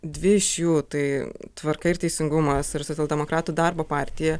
dvi iš jų tai tvarka ir teisingumas ir socialdemokratų darbo partija